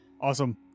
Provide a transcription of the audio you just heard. Awesome